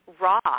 raw